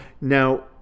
now